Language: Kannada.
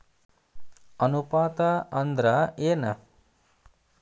ಅನುಪಾತ ಅಂದ್ರ ಏನ್?